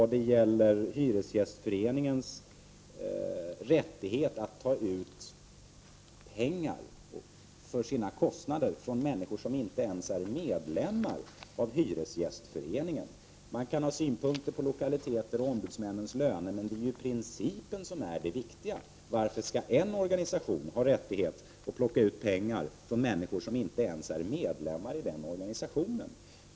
Det gällde Hyresgästföreningens rättighet att ta ut pengar för sina kostnader av människor som inte ens är medlemmar i Hyresgästföreningen. Man kan ha synpunkter på lokaler och ombudsmännens löner, men det är ju principen som är det viktiga. Varför skall en organisation ha rätt att plocka ut pengar av människor som inte ens är medlemmar i organisationen?